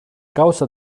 causa